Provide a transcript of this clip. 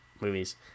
movies